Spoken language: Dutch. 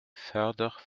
verder